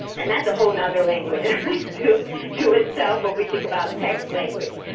and that's a whole and other language to to itself when we think about text language.